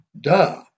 Duh